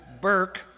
Burke